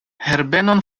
herbenon